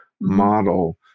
model